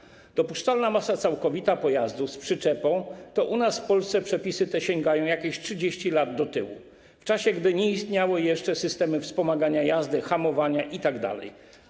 Jeśli chodzi o dopuszczalną masę całkowitą pojazdu z przyczepą, to u nas w Polsce przepisy te sięgają jakieś 30 lat do tyłu, czasów, gdy nie istniały jeszcze systemy wspomagania jazdy, hamowania itd.